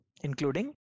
including